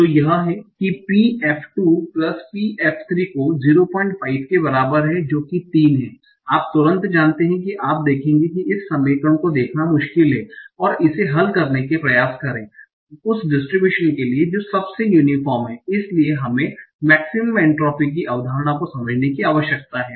तो यह है कि P f 2 plus P f 3 जो 05 के बराबर है जो कि 3 है आप तुरंत जानते हैं कि आप देखेंगे कि इस समीकरण को देखना मुश्किल है और इसे हल करने का प्रयास करें उस डिस्ट्रिब्यूशन के लिए जो सबसे यूनीफोर्म है और इसलिए हमें मेक्सिमम एन्ट्रापी की अवधारणा को समझने की आवश्यकता है